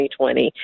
2020